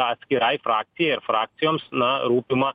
atskirai frakcijai ar frakcijoms na rūpimą